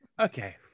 Okay